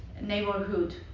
neighborhood